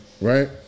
Right